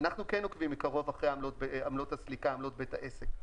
אנחנו כן עוקבים מקרוב אחרי עמלות הסליקה ועמלות בית העסק.